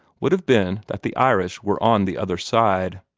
would have been that the irish were on the other side.